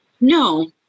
No